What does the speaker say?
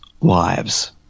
lives